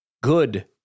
good